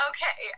Okay